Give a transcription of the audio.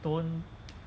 don't